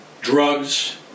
drugs